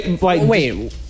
Wait